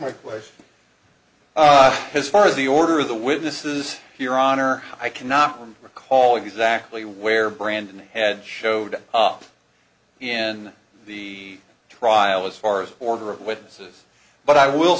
question as far as the order of the witnesses your honor i cannot recall exactly where brandon had showed up in the trial as far as order of witnesses but i will